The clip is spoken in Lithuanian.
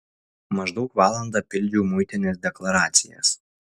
maždaug valandą pildžiau muitinės deklaracijas